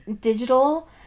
digital